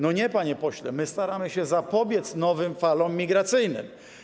Nie, panie pośle, my staramy się zapobiec nowym falom migracyjnym.